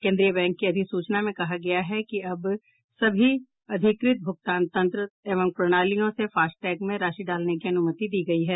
केंद्रीय बैंक की अधिसूचना में कहा गया है कि अब सभी अधिकृत भुगतान तंत्र एवं प्रणालियों से फास्टैग में राशि डालने की अनुमति दी गयी है